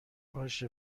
باشه